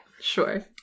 Sure